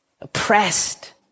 Oppressed